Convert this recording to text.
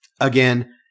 again